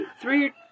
three-